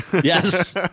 Yes